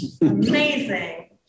Amazing